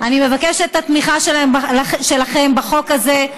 אני מבקשת את התמיכה שלכם בחוק הזה.